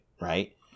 right